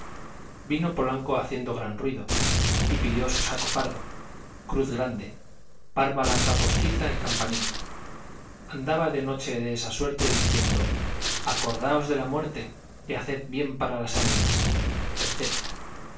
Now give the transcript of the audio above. vino polanco haciendo gran ruido y pidió su saco pardo cruz grande barba larga postiza y campanilla andaba de noche de esta suerte diciendo acordaos de la muerte y haced bien para las ánimas